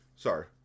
Sorry